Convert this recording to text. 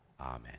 Amen